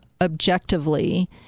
objectively